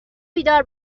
بیدار